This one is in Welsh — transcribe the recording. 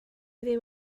ddim